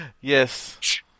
Yes